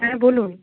হ্যাঁ বলুন